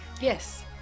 Yes